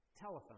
telephone